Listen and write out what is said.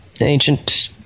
ancient